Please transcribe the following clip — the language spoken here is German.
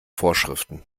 vorschriften